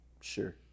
Sure